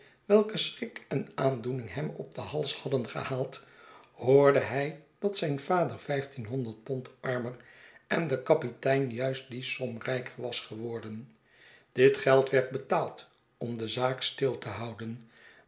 welke schrik en aandoening hem op den hals hadden gehaald hoorde hij dat zijn vader vijftienhonderd pond armer en de kapitein juist die som rijker was geworden dit geld werd betaald om de zaak stil te houden